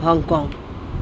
Hong Kong